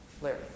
Larry